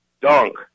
dunk